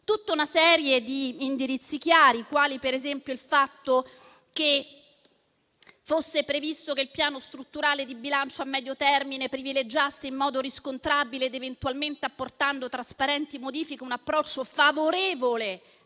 dato una serie di indirizzi chiari, quali ad esempio il fatto che fosse previsto che il Piano strutturale di bilancio a medio termine privilegiasse in modo riscontrabile ed eventualmente apportando trasparenti modifiche un approccio favorevole